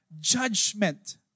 Judgment